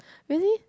really